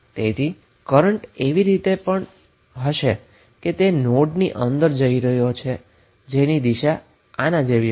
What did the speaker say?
તેથી કરન્ટ પણ એવી રીતે હશે કે તે નોડની અંદર જઈ રહ્યો છે તેથી દિશા આના જેવી હશે